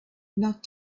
not